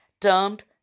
termed